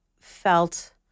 felt